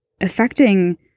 affecting